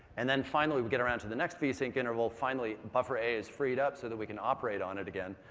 and then, finally, we get around to the next vsync interval. finally buffer a is freed up so that we can operate on it again.